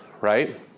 right